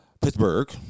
Pittsburgh